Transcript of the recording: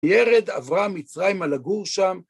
ירד עברה מצרים על הגור שם.